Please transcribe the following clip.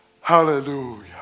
Hallelujah